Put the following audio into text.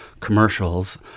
commercials